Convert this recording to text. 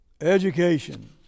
Education